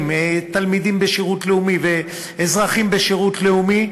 תלמידים בשירות לאומי ואזרחים בשירות לאומי,